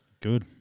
Good